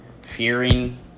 fearing